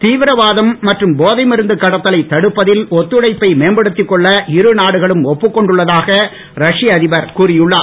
தீவிரவாதம் மற்றும் போதை மருந்து கடத்தலை தடுப்பதில் ஒத்துழைப்பை மேம்படுத்தி கொள்ள இருநாடுகளும் ஒப்புக் கொண்டுன்னதாக ரஷ்யா அதிபர் கூறியுள்ளார்